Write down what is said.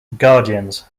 guardians